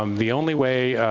um the only way